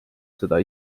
seda